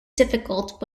difficult